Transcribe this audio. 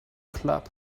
club